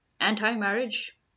anti-marriage